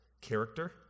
character